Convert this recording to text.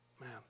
Man